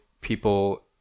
people